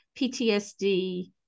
ptsd